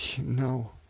no